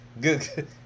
good